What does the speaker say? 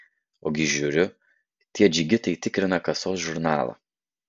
ogi žiūriu tie džigitai tikrina kasos žurnalą